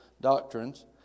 doctrines